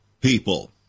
people